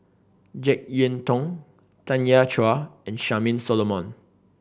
Jek Yeun Thong Tanya Chua and Charmaine Solomon